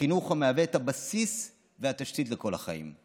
החינוך מהווה את הבסיס והתשתית לכל החיים.